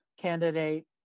candidate